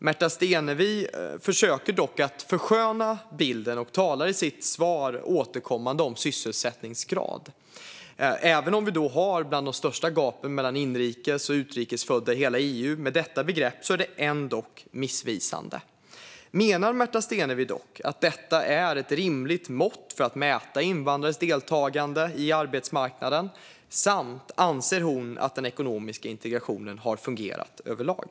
Märta Stenevi försöker dock försköna bilden och talar i sitt svar återkommande om sysselsättningsgrad. Även om Sverige har bland de största gapen mellan inrikes och utrikes födda i hela EU är det med detta begrepp ändock missvisande. Menar Märta Stenevi att detta är ett rimligt mått för att mäta invandrares deltagande i arbetsmarknaden, samt anser hon att den ekonomiska integrationen har fungerat överlag?